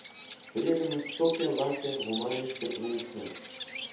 turėdamas tokią lakią humanišką plunksną